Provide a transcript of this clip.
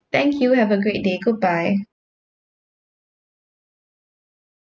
thank you have a great day goodbye